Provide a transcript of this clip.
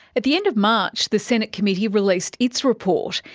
at the end of march the senate committee released its report.